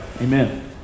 Amen